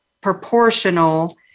proportional